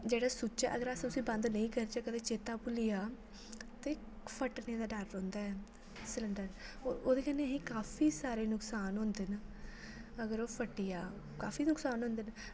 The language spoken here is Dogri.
जेह्ड़ा सुच्च ऐ अगर अस उसी बंद नेई करचै कदें चेता भुल्ली जा ते फ़ट्टने दा डर रौह्न्दा ऐ सिलंडर ओह्दे कन्नै काफी सारे नुकसान होन्दे न अगर ओह फट्टी जा काफी नुकसान होन्दे न